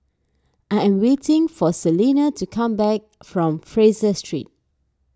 I am waiting for Celina to come back from Fraser Street